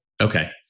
Okay